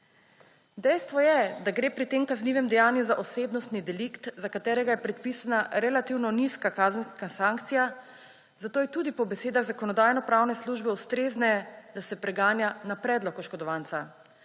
Dejstvo je, da gre pri tem kaznivem dejanju za osebnostni delikt, za katerega je predpisna relativno nizka kazenskega sankcija, zato je tudi po besedah Zakonodajno-pravne službe ustrezneje, da se preganja na predlog oškodovanca.